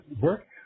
work